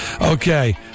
Okay